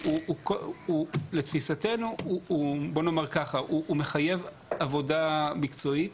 לתפיסתנו, הוא מחייב עבודה מקצועית